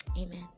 Amen